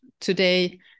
today